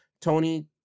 Tony